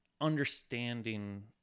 understanding